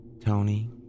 Tony